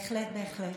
בהחלט, בהחלט.